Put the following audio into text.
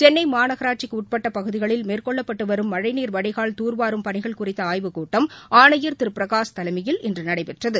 சென்னை மாநகராட்சிக்குட்பட்ட பகுதிகளில் மேற்கொள்ளப்பட்டு வரும் மழைநீர் வடிகால் தூர்வாரும் பணிகள் குறித்த ஆய்வு கூட்டம் ஆணையர் திரு பிரனஷ் தலைமையில் இன்று நடைபெற்றது